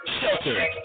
shelter